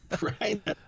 Right